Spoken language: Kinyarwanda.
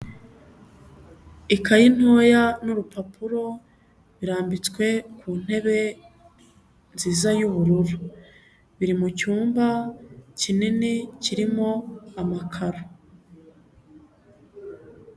Ikayi ntoya n'urupapuro, birambitswe ku ntebe nziza y'ubururu, biri mucyumba kinini kirimo amakaro.